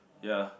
ya